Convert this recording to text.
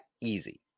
easy